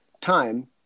time